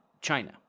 china